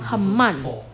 很慢